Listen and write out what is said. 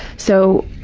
so,